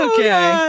Okay